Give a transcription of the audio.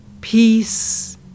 Peace